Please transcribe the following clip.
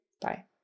Bye